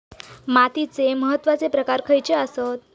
मातीचे महत्वाचे प्रकार खयचे आसत?